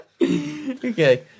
Okay